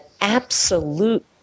absolute